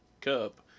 cup